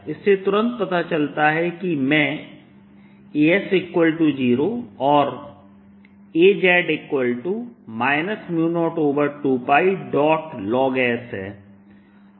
इससे तुरंत पता चलता है कि मैं As0 और Az 02πlog s है